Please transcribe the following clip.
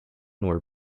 were